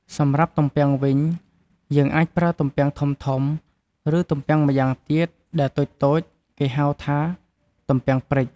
សម្រាប់ទំពាំងវិញ យើងអាចប្រើទំពាំងធំៗ ឬទំពាំងម្យ៉ាងទៀត ដែលតូចៗ គេហៅថា ទំពាំងព្រិច។